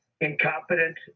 incompetent